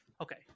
Okay